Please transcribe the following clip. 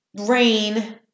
rain